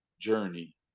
journey